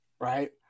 right